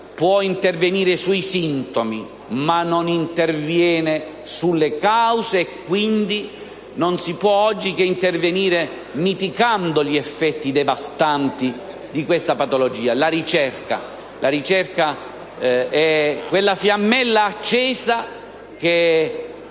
può intervenire sui sintomi, ma non sulle cause. Quindi oggi non si può che intervenire mitigando gli effetti devastanti di questa patologia. La ricerca rappresenta quella fiammella accesa che